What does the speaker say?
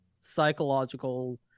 psychological